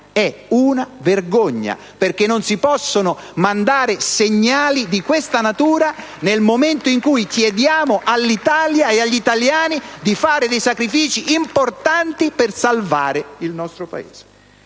è una vergogna, perché non si possono mandare segnali di questa natura *(Applausi dal Gruppo PD)* nel momento in cui chiediamo all'Italia e agli italiani di fare dei sacrifici importanti per salvare il nostro Paese.